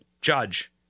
judge